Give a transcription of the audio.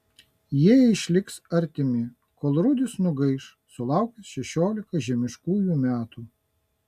jie išliks artimi kol rudis nugaiš sulaukęs šešiolikos žemiškųjų metų